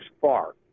far